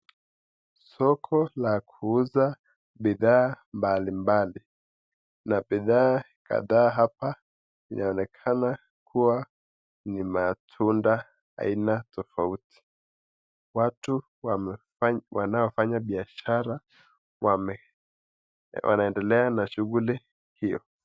Soko la kuuza bidhaa mbalimbali, na bidhaa kadhaa hapa inaonekana kuwa ni matunda aina tofauti. Watu wanaofanya biashara wanaendelea na shughuli hiyo.